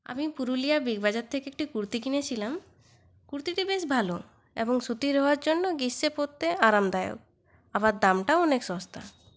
আমি পুরুলিয়া বিগ বাজার থেকে একটি কুর্তি কিনেছিলাম কুর্তিটি বেশ ভালো এবং সুতির হওয়ার জন্য গ্রীষ্মে পড়তে আরামদায়ক আবার দামটাও অনেক সস্তা